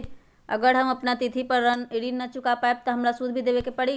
अगर हम अपना तिथि पर ऋण न चुका पायेबे त हमरा सूद भी देबे के परि?